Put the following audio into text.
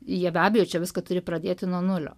jie be abejo čia viską turi pradėti nuo nulio